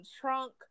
trunk